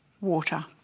water